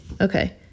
okay